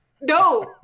No